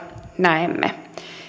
näemme